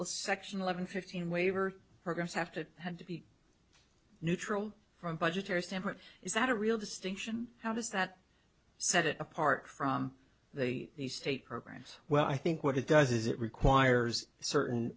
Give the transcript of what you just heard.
section eleven fifteen waiver programs have to have to be neutral from budgetary standpoint is that a real distinction how does that set it apart from the state programs well i think what it does is it requires certain